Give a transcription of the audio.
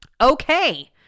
Okay